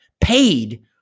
paid